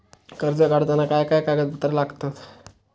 कर्ज काढताना काय काय कागदपत्रा लागतत?